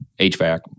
HVAC